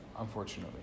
Unfortunately